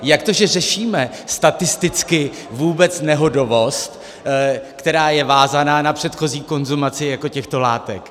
Jak to že tady řešíme statisticky vůbec nehodovost, která je vázaná na předchozí konzumaci těchto látek?